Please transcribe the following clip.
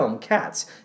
Cats